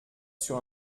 sur